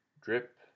drip